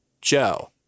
Joe